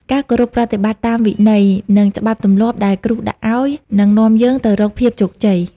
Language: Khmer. ការគោរពប្រតិបត្តិតាមវិន័យ និងច្បាប់ទម្លាប់ដែលគ្រូដាក់ឱ្យ នឹងនាំយើងទៅរកភាពជោគជ័យ។